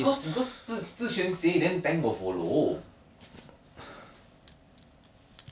pretty sure you all want me to play position my positioning quite strong rather than I short call eh